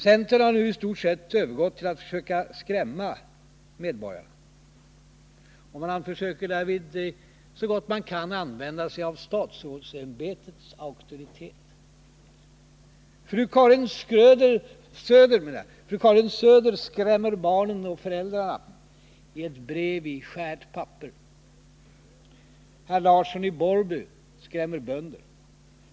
Centern har nu i stort sett övergått till att försöka skrämma medborgarna. Och man försöker därvid så gott man kan använda sig av statsrådsämbetets auktoritet. Fru Karin Söder skrämmer barn och föräldrar i ett brev på skärt papper. Herr Larsson i Borrby skrämmer bönder.